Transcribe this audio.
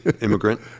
immigrant